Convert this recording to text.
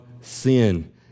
sin